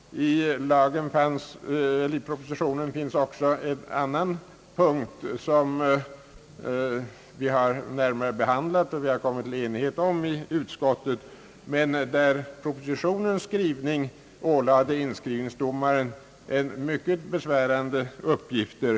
I propositionen finns också en annan punkt, som vi har närmare behandlat och där vi har kommit till enighet domaren komma att åläggas ytterligare mycket besvärande uppgifter.